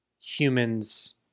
humans